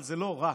אבל זה לא רק,